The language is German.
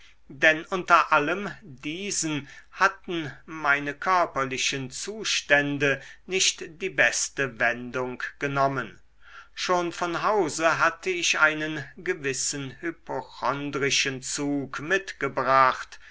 denn unter allem diesen hatten meine körperlichen zustände nicht die beste wendung genommen schon von hause hatte ich einen gewissen hypochondrischen zug mitgebracht